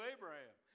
Abraham